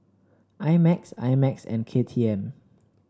I Max I Max and K T M